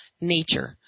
nature